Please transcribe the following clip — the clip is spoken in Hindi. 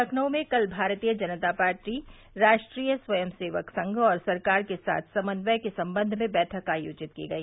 लखनऊ में कल भारतीय जनता पार्टी राष्ट्रीय स्वयं सेवक संघ और सरकार के साथ समन्वय के संबंध में बैठक आयोजित की गई